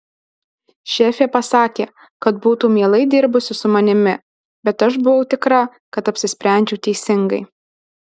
šefė pasakė kad būtų mielai dirbusi su manimi bet aš buvau tikra kad apsisprendžiau teisingai